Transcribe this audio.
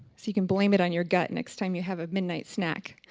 so you can blame it on your gut next time you have a midnight snack.